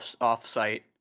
off-site